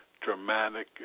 dramatic